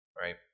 right